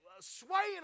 swaying